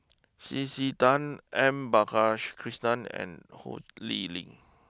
C C Tan M and Ho Lee Ling